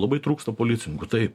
labai trūksta policininkų taip